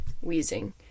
wheezing